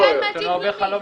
יש לנו הרבה חלומות.